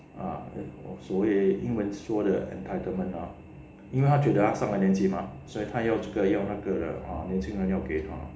ah 所以英文说的 entitlement ah 因为他觉得他上了年纪嘛所以他要这个要那个的啊年轻人要给他